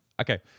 Okay